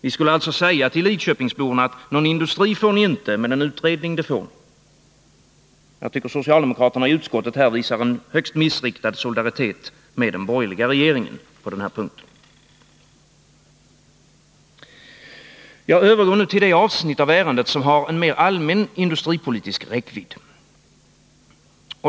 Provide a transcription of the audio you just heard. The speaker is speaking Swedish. Vi skulle alltså säga till lidköpingsborna att någon industri får de inte, men en utredning får de. Socialdemokraterna i utskottet visar en högst missriktad solidaritet med den borgerliga regeringen på den punkten. Jag övergår nu till det avsnitt av ärendet som har en mer allmän industripolitisk räckvidd.